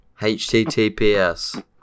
HTTPS